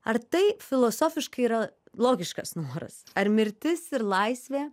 ar tai filosofiškai yra logiškas noras ar mirtis ir laisvė